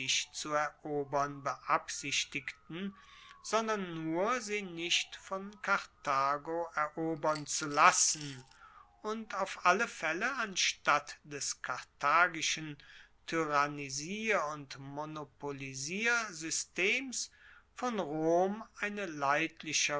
zu erobern beabsichtigten sondern nur sie nicht von karthago erobern zu lassen und auf alle faelle anstatt des karthagischen tyrannisier und monopolisiersystems von rom eine leidlichere